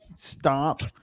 Stop